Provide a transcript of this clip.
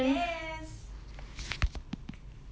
yes